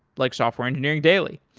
like software engineering daily.